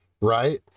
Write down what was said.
Right